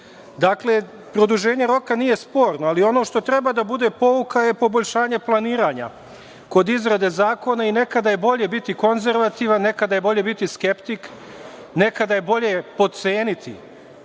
institucija. Produženje roka nije sporno. Ali, ono što treba da bude pouka je poboljšanje planiranja kod izrade zakona. Nekada je bolje biti konzervativan, nekada je bolje biti skeptik, nekada je bolje potceniti